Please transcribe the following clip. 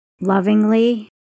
Lovingly